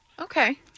Okay